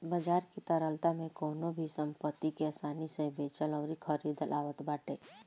बाजार की तरलता में कवनो भी संपत्ति के आसानी से बेचल अउरी खरीदल आवत बाटे